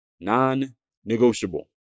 Non-negotiable